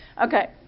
Okay